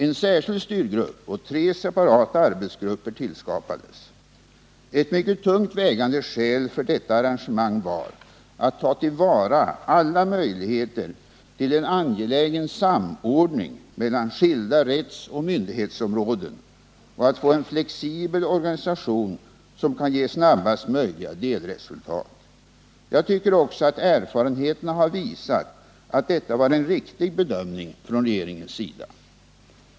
En särskild styrgrupp och tre separata arbetsgrupper tillskapades. Ett mycket tungt vägande skäl för detta arrangemang var att man skulle ta till vara alla möjligheter till en angelägen samordning mellan skilda rättsoch myndighetsområden samt få en flexibel organisation som kan ge snabbaste möjliga delresultat. Jag tycker också att erfarenheterna har visat att detta varen riktig bedömning från regeringens sida.